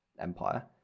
Empire